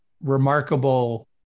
remarkable